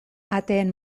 ahateen